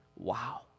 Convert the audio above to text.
Wow